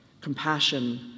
Compassion